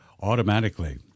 automatically